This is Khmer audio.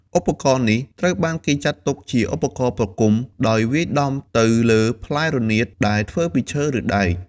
ឧបករណ៍នេះត្រូវបានគេចាត់ទុកជាឧបករណ៍ប្រគំដោយវាយដំទៅលើផ្លែរនាតដែលធ្វើពីឈើឬដែក។